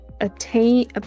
attain